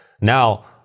Now